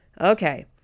Okay